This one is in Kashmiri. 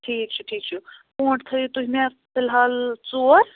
ٹھیٖک چھُ ٹھیٖک چھُ پونٛڈ تھٲیو تُہۍ مےٚ فی الحال ژور